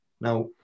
Now